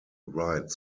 writes